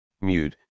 mute